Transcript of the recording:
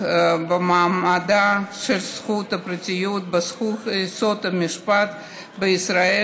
בהתחשב במעמדה של הזכות לפרטיות כזכות יסוד במשפט הישראלי